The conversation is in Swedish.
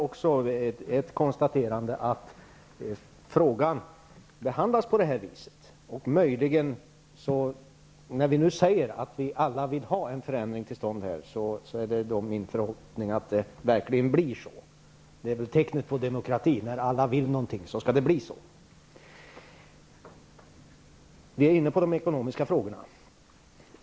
Jag konstaterar också att frågan behandlas på det här viset. När vi nu säger att vi alla vill ha en förändring till stånd är det min förhoppning att det verkligen blir så. Det är väl ett tecken på demokrati att det blir som alla vill. Vi är inne på de ekonomiska frågorna.